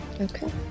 Okay